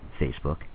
Facebook